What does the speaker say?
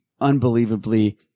unbelievably